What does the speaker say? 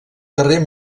carrer